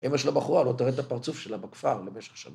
אם יש לו בחורה, לא תראה את הפרצוף שלה בכפר במשך שנים.